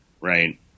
right